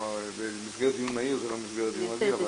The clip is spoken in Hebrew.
זה במסגרת דיון מהיר, זה לא מסגרת דיון רגיל.